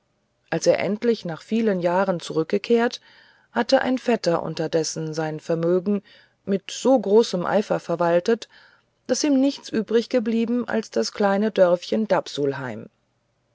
als er endlich nach vielen jahren zurückkehrte hatte ein vetter unterdessen sein vermögen mit so großem eifer verwaltet daß ihm nichts übriggeblieben als das kleine dörfchen